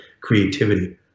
creativity